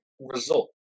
result